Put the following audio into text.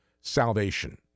salvation